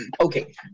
Okay